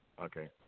Okay